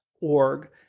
org